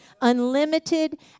Unlimited